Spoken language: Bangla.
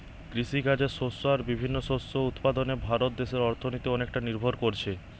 কৃষিকাজের শস্য আর বিভিন্ন শস্য উৎপাদনে ভারত দেশের অর্থনীতি অনেকটা নির্ভর কোরছে